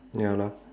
ya lah